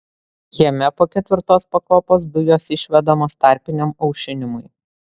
jame po ketvirtos pakopos dujos išvedamos tarpiniam aušinimui